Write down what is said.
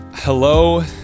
Hello